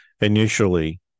initially